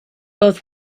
both